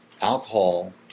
alcohol